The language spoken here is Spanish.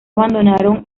abandonaron